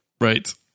Right